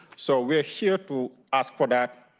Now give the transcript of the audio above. so, we are here to ask for that.